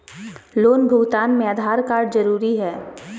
Loan भुगतान में Aadhaar card जरूरी है?